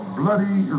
bloody